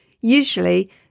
Usually